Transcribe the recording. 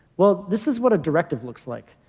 well this is what a directive looks like.